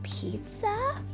pizza